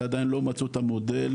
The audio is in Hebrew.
שעדיין לא מצאו את המודל,